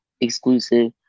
exclusive